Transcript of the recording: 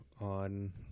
on